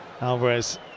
Alvarez